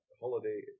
holiday